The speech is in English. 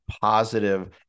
positive